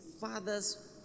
father's